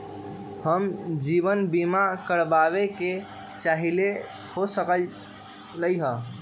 हम जीवन बीमा कारवाबे के चाहईले, हो सकलक ह?